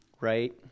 right